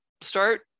start